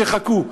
שיחכו,